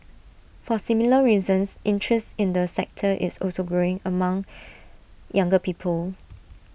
for similar reasons interest in the sector is also growing among younger people